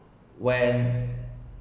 when